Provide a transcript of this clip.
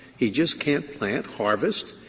he just can't plant, harvest,